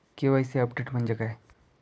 KYC update म्हणजे काय?